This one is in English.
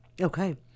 Okay